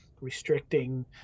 restricting